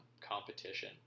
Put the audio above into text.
competition